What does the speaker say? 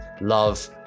Love